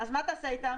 אז מה תעשה איתם?